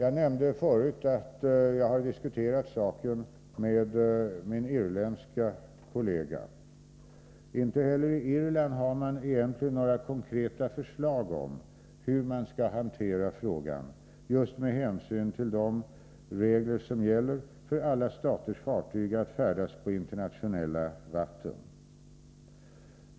Jag nämnde förut att jag hade diskuterat saken med min irländska kollega. Inte heller i Irland har man egentligen några konkreta förslag om hur man skall hantera frågan, just med hänsyn till de regler som gäller för alla staters fartyg att färdas på internationella vatten.